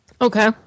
Okay